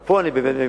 ופה אני מקווה